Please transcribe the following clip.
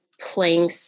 playing